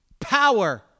Power